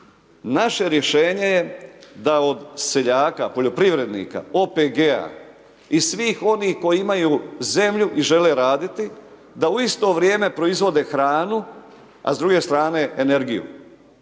Naše rješenje je da od seljaka, poljoprivrednika, OPG-a i svih onih koji imaju zemlju i žele raditi da u isto vrijeme proizvode hranu a s druge strane energiju.